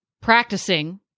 practicing